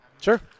Sure